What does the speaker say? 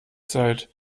zeit